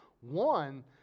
one